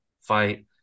fight